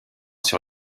sur